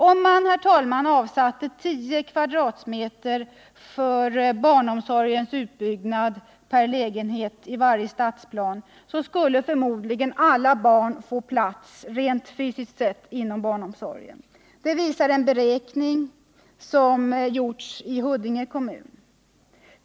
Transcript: Om man, herr talman, avsatte 10 kvadratmeter för barnomsorgens utbyggnad per lägenhet i varje stadsplan skulle förmodligen alla barn få plats rent fysiskt sett inom barnomsorgen. Det visar en beräkning som gjorts i Huddinge kommun.